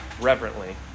reverently